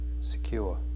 secure